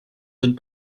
sind